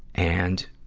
and,